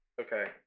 Okay